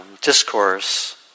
discourse